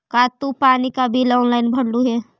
का तू पानी का बिल ऑनलाइन भरलू हे